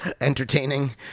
entertaining